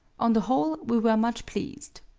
on the whole, we were much pleased.